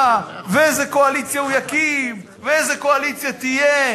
ואיזו קואליציה הוא יקים ואיזו קואליציה תהיה,